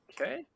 Okay